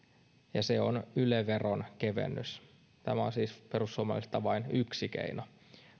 ja se on yle veron kevennys tämä on siis perussuomalaisilta vain yksi keino